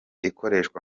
ikoreshwa